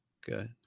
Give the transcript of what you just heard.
good